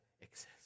exist